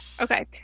Okay